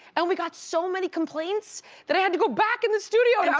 and we got so many complaints that i had to go back in the studio. yeah